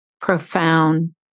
profound